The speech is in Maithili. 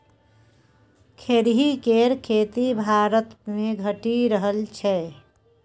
खेरही केर खेती भारतमे घटि रहल छै